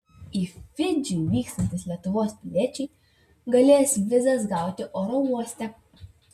į fidžį vykstantys lietuvos piliečiai galės vizas gauti oro uoste